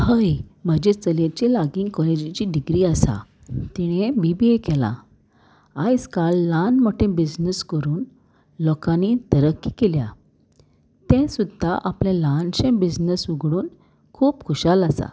हय म्हजे चलयेचे लागीं कॉलेजीची डिग्री आसा तिणें बी बी ए केला आयज काल ल्हान मोटे बिजनस करून लोकांनी तरकी केल्या ते सुद्दां आपले ल्हानशें बिजनस उगडून खूब खुशाल आसा